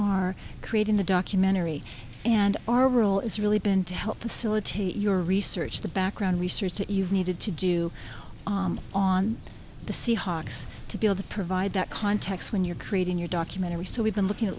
are creating the documentary and our role is really been to help facilitate your research the background research that you've needed to do on the seahawks to be able to provide that context when you're creating your documentary so we've been looking at